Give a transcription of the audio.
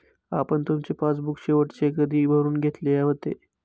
आपण तुमचे पासबुक शेवटचे कधी भरून घेतले होते?